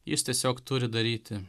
jis tiesiog turi daryti